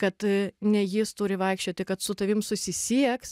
kad ne jis turi vaikščioti kad su tavim susisieks